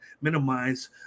minimize